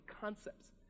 concepts